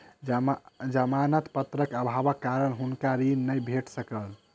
जमानत पत्रक अभावक कारण हुनका ऋण नै भेट सकल